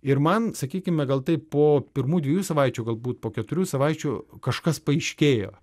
ir man sakykime gal taip po pirmų dviejų savaičių galbūt po keturių savaičių kažkas paaiškėjo